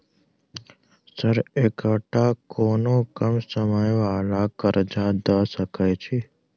Sir एकटा कोनो कम समय वला कर्जा दऽ सकै छी?